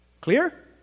Clear